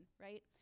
right